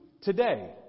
today